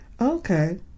Okay